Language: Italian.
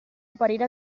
apparire